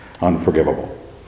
unforgivable